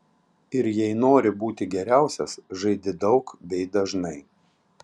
ir jei nori būti geriausias žaidi daug bei dažnai